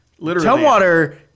Tumwater